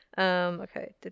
okay